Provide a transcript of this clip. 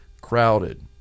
crowded